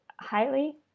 highly